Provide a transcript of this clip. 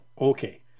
Okay